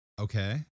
Okay